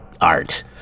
art